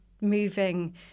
moving